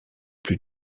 plus